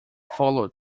followed